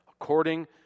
according